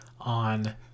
on